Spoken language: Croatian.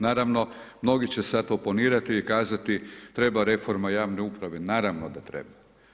Naravno, mnogi će sada to oponirati i kazati treba reforma javne uprave, naravno da treba.